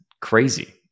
crazy